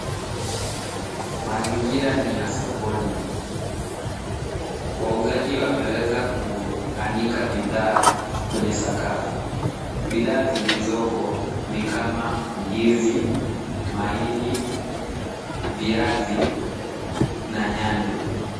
Mazingira ni ya sokoni. Wauzaji wameweza kuanika bidhaa kwenye sakafu. Bidhaa zilizoko ni kama ndizi, mahindi, viazi na nyanya.